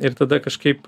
ir tada kažkaip